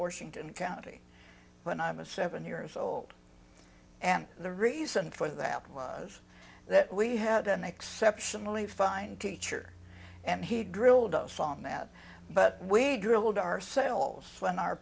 washington county when i'm a seven years old and the reason for that was that we had an exceptionally fine teacher and he'd drilled us on that but we drilled ourselves when our